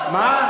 כן,